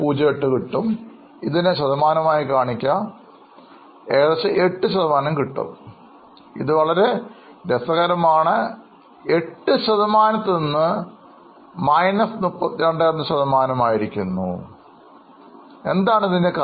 08 കിട്ടും ഇതിനെ ശതമാനമായും കാണിക്കാം അപ്പോൾ ഏകദേശം 8 ശതമാനം ഇത് വളരെ രസകരമാണ് എട്ടു ശതമാനത്തിൽ നിന്ന് 32 ശതമാനത്തിലേക്ക് മാറിയിരിക്കുന്നു ഇപ്പോൾ ഇത് എന്താണ് കാരണം